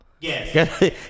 Yes